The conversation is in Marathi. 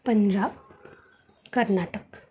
पंजाब कर्नाटक